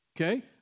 Okay